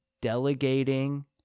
Delegating